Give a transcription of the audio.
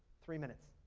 three minutes